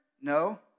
No